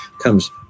comes